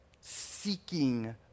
seeking